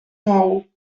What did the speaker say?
mou